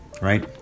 right